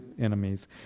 enemies